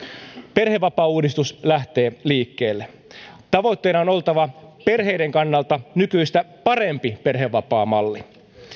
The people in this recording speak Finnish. perhevapaauudistus lähtee liikkeelle tavoitteena on oltava perheiden kannalta nykyistä parempi perhevapaamalli